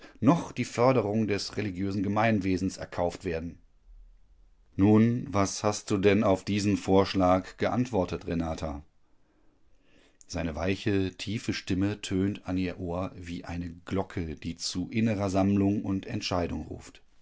noch die förderung des religiösen gemeinwesens erkauft werden nun was hast du denn auf diesen vorschlag geantwortet renata seine weiche tiefe stimme tönt an ihr ohr wie eine glocke die zu innerer sammlung und entscheidung ruft